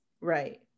right